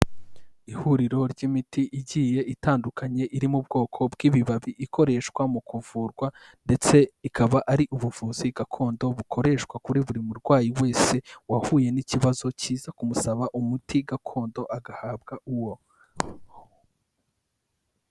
Ihuriro ry'imiti igiye itandukanye iri mu bwoko bw'ibibabi, ikoreshwa mu kuvurwa ndetse ikaba ari ubuvuzi gakondo bukoreshwa kuri buri murwayi wese, wahuye n'ikibazo kiza kumusaba umuti gakondo agahabwa uwo.